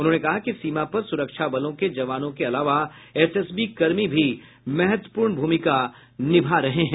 उन्होंने कहा कि सीमा पर सुरक्षा बलों के जवानों के अलावा एसएसबी कर्मी भी महत्वपूर्ण भूमिका निभा रहे हैं